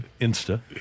Insta